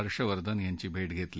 हर्षवर्धन यांची भेट घेतली